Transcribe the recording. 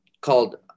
called